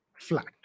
flat